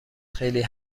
خیلی